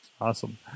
Awesome